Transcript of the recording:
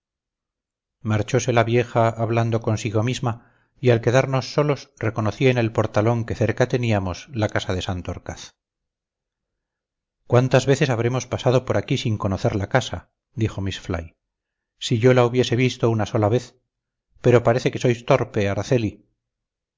satanás marchose la vieja hablando consigo misma y al quedarnos solos reconocí en el portalón que cerca teníamos la casa de santorcaz cuántas veces habremos pasado por aquí sin conocer la casa dijo miss fly si yo la hubiese visto una sola vez pero parece que sois torpe araceli